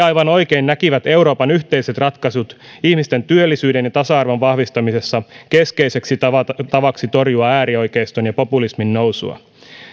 aivan oikein näkivät euroopan yhteiset ratkaisut ihmisten työllisyyden ja tasa arvon vahvistamisessa keskeiseksi tavaksi torjua äärioikeiston ja populismin nousua